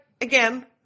again